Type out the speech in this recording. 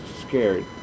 scared